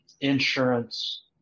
insurance